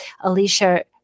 Alicia